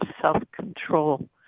self-control